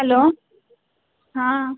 hello हँ